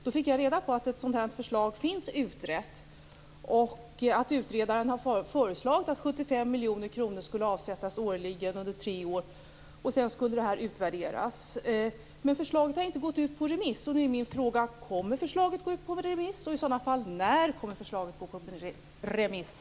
Då fick jag reda på att ett sådant här förslag finns utrett och att utredaren har föreslagit att 75 miljoner kronor skulle avsättas årligen under tre år. Sedan skulle detta utvärderas. Men förslaget har inte gått ut på remiss. Nu är min fråga: Kommer förslaget att gå ut på remiss och, i sådana fall, när kommer förslaget att gå ut på remiss?